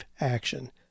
action